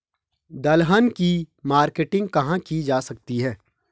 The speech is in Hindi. दलहन की मार्केटिंग कहाँ की जा सकती है?